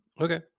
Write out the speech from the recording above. Okay